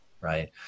right